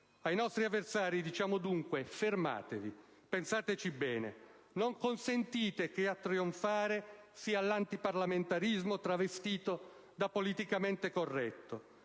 Ai nostri avversari diciamo dunque: fermatevi, pensateci bene. Non consentite che a trionfare sia l'antiparlamentarismo travestito da politicamente corretto,